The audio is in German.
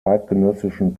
zeitgenössischen